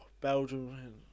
Belgium